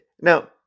Now